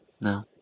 No